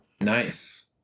nice